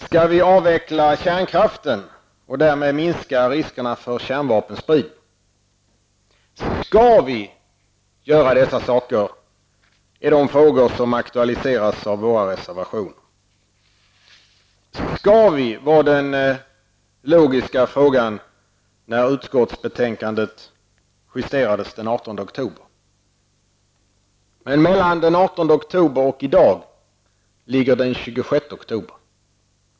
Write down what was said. Skall vi avveckla kärnkraften, och därmed minska riskerna för kärnvapenspridning? Detta är de frågor som aktualiseras av våra reservationer. Skall vi göra dessa saker? Det var den logiska frågan när utskottsbetänkandet justerades den 18 oktober. Men mellan den 18 oktober och i dag låg den 26 oktober.